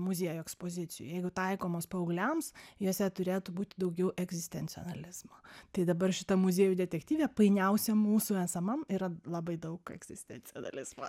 muziejų ekspozicijų jeigu taikomos paaugliams jose turėtų būti daugiau egzistencializmo tai dabar šitą muziejų detektyve painiausia mūsų esamam yra labai daug egzistencionalizmo